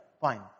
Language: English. Fine